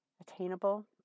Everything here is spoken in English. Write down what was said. attainable